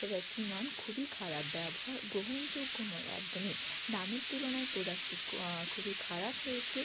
প্রোডাক্টটির মান খুবই খারাপ ব্যবহার গ্রহণযোগ্য নয় একদমই দামের তুলনায় প্রোডাক্টটি খুবই খারাপ হয়েছে